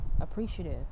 appreciative